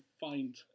find